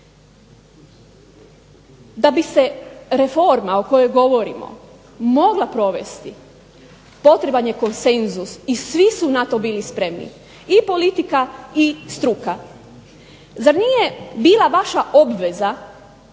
Da bi se reforma o kojoj govorimo mogla provesti potreban je konsenzus i svi su na to bili spremni, i politika i struka. Zar nije bila vaša obveza